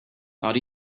not